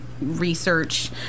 research